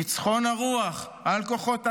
ניצחון הרוח על כוחות הרשע,